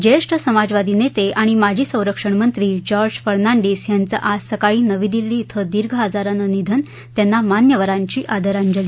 ज्येष्ठ समाजवादी नेते आणि माजी संरक्षण मंत्री जॉर्ज फर्नांडिस यांचं आज सकाळी नवी दिल्ली इथं दीर्घ आजारानं निधन त्यांना मान्यवरांची आदरांजली